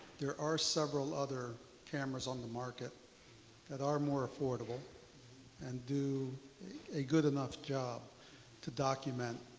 there are several other cameras on the market that are more affordable and do a good enough job to document.